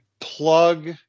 plug